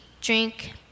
drink